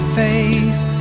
faith